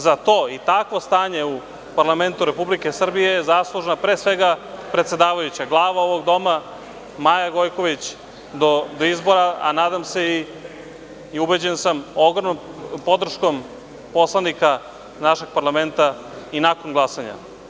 Za to i takvo stanje u Parlamentu Republike Srbije je zaslužna, pre svega predsedavajuća glava ovog doma, Maja Gojković do izbora, a nadam se i ubeđen sam, ogromnom podrškom poslanika našeg parlamenta, i nakon glasanja.